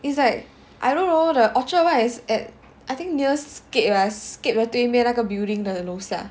it's like I don't know the orchard one was at I think near scape ah scape 对面那个 building 的楼下